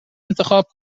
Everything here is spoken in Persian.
انتخاب